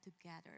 together